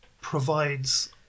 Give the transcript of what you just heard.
provides